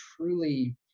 truly